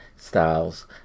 styles